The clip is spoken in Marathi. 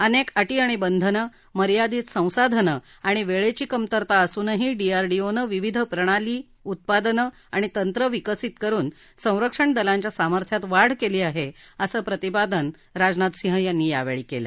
अनेक अटी आणि बंधनं मर्यादित संसाधनं आणि वेळेची कमतरता असूनही डीआरडीओनं विविध प्रणाली उत्पादनं आणि तंत्रं विकसित करून संरक्षण दलांच्या सामर्थ्यात वाढ केली आहे असं प्रतिपादन राजनाथ सिंह यांनी यावेळी केलं